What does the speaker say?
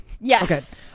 Yes